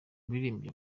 muririmbyi